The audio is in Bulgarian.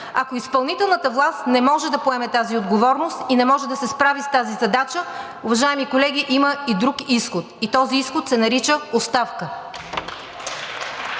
Ако изпълнителната власт не може да поеме тази отговорност и не може да се справи с тази задача, уважаеми колеги, има и друг изход и този изход се нарича оставка.